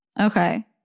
okay